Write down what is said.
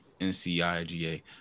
N-C-I-G-A